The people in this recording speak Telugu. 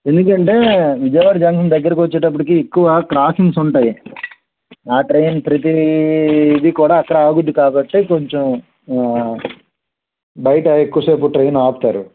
ఎందుకంటే విజయవాడ జంక్షన్ దగ్గరకు వచ్చేటప్పటికి ఎక్కువ క్రాసింగ్స్ ఉంటాయి ఆ ట్రైన్ ప్రతిది కూడా అక్కడ ఆగుద్ది కాబట్టి బయట కొంచెం బయట ఎక్కువ సేపు ట్రైన్ ఆపుతారు